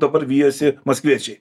dabar vijosi maskviečiai